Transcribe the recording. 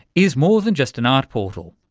is more than just an art portal,